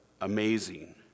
amazing